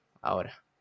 ahora